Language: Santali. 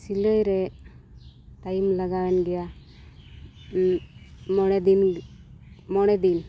ᱥᱤᱞᱟᱹᱭ ᱨᱮ ᱴᱟᱭᱤᱢ ᱞᱟᱜᱟᱣᱮᱱ ᱜᱮᱭᱟ ᱢᱚᱬᱮ ᱫᱤᱱ ᱢᱚᱬᱮ ᱫᱤᱱ